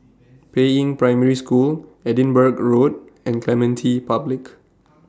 Peiying Primary School Edinburgh Road and Clementi Public